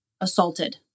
assaulted